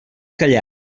callat